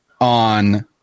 on